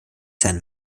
sein